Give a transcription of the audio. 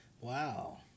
Wow